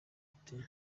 ati